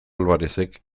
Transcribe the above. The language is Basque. alvarerezek